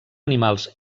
animals